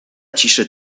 ciszy